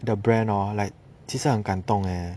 the brand hor like 其实很感动 leh